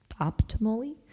optimally